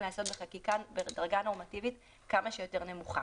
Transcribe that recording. להיעשות בחקיקה בדרגה נורמטיבית כמה שיותר נמוכה.